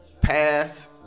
pass